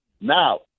Now